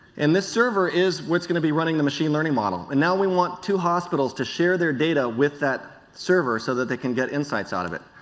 and this server is what's going to be running the machine learning model. and now, we want two hospitals to share data with that server so that they can get insights out of it.